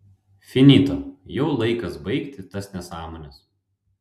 finito jau laikas baigti tas nesąmones